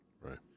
Right